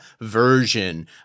version